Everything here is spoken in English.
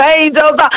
angels